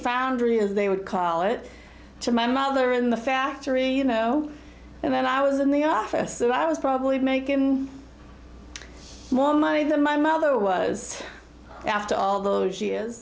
foundry as they would call it to my mother in the factory you know and then i was in the office that i was probably make in more money than my mother was after all those years